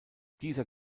dieser